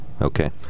Okay